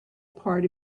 part